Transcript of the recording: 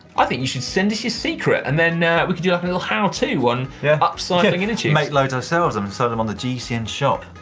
i think you should send us your secret, and then we can do a little how to on yeah upcycling inner tubes. make loads ourselves and sell them on the gcn shop.